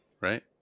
Right